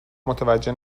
متوجه